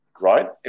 right